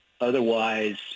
Otherwise